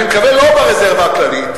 אני מקווה שלא ברזרבה הכללית,